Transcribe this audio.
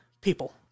People